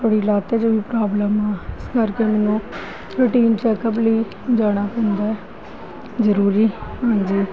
ਥੋੜ੍ਹੀ ਲੱਤ 'ਚ ਵੀ ਪ੍ਰੋਬਲਮ ਆ ਇਸ ਕਰਕੇ ਮੈਨੂੰ ਰੁਟੀਨ ਚੈੱਕਅਪ ਲਈ ਜਾਣਾ ਪੈਂਦਾ ਜ਼ਰੂਰੀ ਹਾਂਜੀ